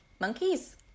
Monkeys